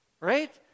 right